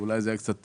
אולי זה היה קצת